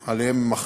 שלהם הם אחראים,